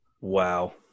Wow